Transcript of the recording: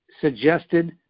suggested